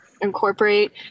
incorporate